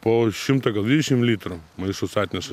po šimtą gal dvidešim litrų maišus atneša